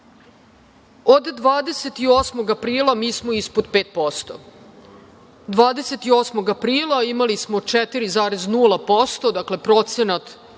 28. aprila mi smo ispod 5%. Tada, 28. aprila imali smo 4,0%, dakle procenat